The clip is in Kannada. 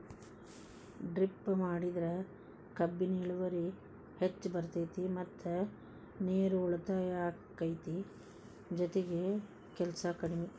ಡ್ರಿಪ್ ಮಾಡಿದ್ರ ಕಬ್ಬುನ ಇಳುವರಿ ಹೆಚ್ಚ ಬರ್ತೈತಿ ಮತ್ತ ನೇರು ಉಳಿತಾಯ ಅಕೈತಿ ಜೊತಿಗೆ ಕೆಲ್ಸು ಕಡ್ಮಿ